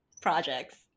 projects